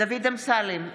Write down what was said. דוד אמסלם,